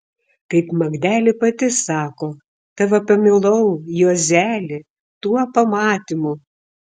kaip magdelė pati sako tave pamilau juozeli tuo pamatymu